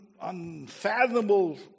unfathomable